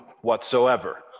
whatsoever